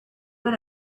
what